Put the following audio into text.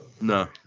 No